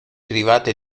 private